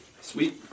Sweet